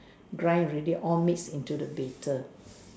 crying already on me is into the bitter